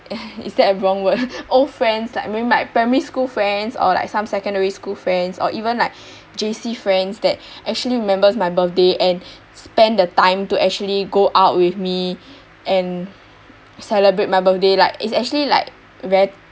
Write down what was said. is that a wrong word old friends like maybe my primary friends or some secondary school friends or even like J_C friends that actually remembers my birthday and spend the time to actually go out with me and celebrate my birthday like it's actually like very